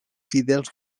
fidels